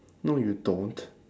no you don't